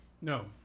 No